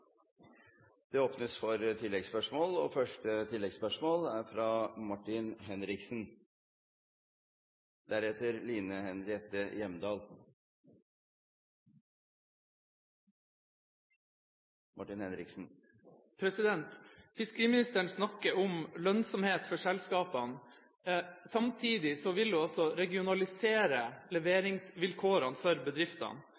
Det åpnes for oppfølgingsspørsmål – først Martin Henriksen. Fiskeriministeren snakker om lønnsomhet for selskapene. Samtidig vil hun regionalisere